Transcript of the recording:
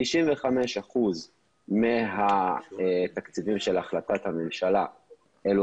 95% מהתקציבים של החלטת הממשלה אלה